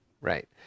Right